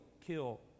kill